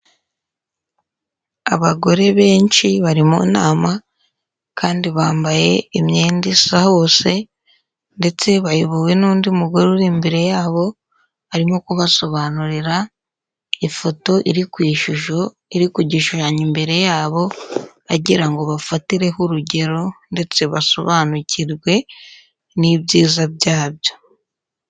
Abagore benshi bari mu nama, kandi bambaye imyenda isa hose, ndetse bayobowe n'undi mugore uri imbere yabo, arimo kubasobanurira ifoto iri ku ishusho, iri ku gishushanyo imbere yabo, agira ngo bafatireho urugero, ndetse basobanukirwe n'ibyiza byabyo.